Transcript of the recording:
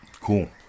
cool